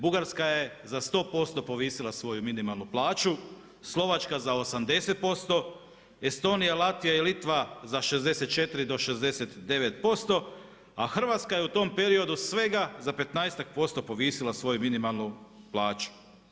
Bugarska je za 100% povisila svoju minimalnu plaću, Slovačka za 80%, Estonija, Latvija i Litva za 64-69%, a Hrvatska je u tom periodu svega za 15-tak % povisila svoju minimalnu plaću.